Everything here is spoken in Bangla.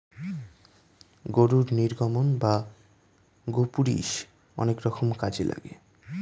গরুর নির্গমন বা গোপুরীষ অনেক রকম কাজে লাগে